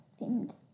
themed